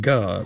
God